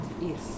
Yes